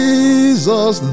Jesus